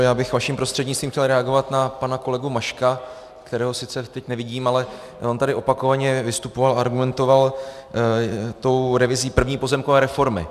Já bych vaším prostřednictvím chtěl reagovat na pana kolegu Maška, kterého sice teď nevidím, ale on tady opakovaně vystupoval, argumentoval tou revizí první pozemkové reformy.